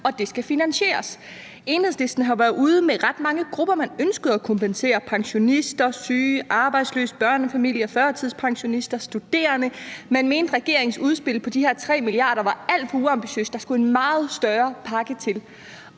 og det skal finansieres. Enhedslisten har været ude med, at der er ret mange grupper, man ønskede at kompensere: pensionister, syge, arbejdsløse, børnefamilier, førtidspensionister, studerende. Man mente, regeringens udspil på de her 3 mia. kr. var alt for uambitiøst; der skulle en meget større pakke til.